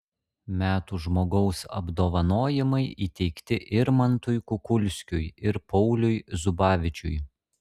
metų žmogaus apdovanojimai įteikti irmantui kukulskiui ir pauliui zubavičiui